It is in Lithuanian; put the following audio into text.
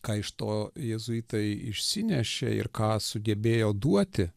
ką iš to jėzuitai išsinešė ir ką sugebėjo duoti